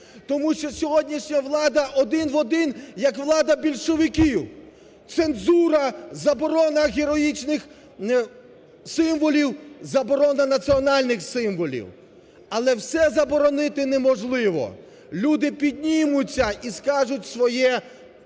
тому що сьогоднішня влада – один в один як влада більшовиків: цензура, заборона героїчних символів, заборона національних символів. Але все заборонити неможливо. Люди піднімуться і скажуть своє